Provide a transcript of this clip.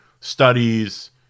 studies